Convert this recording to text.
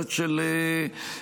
ליכולת של החייב,